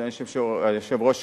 אדוני היושב-ראש,